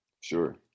Sure